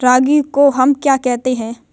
रागी को हम क्या कहते हैं?